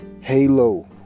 Halo